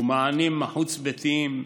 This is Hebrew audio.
ומענים חוץ-ביתיים,